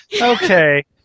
Okay